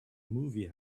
movie